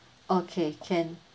okay can